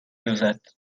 دوزد